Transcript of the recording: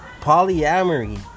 Polyamory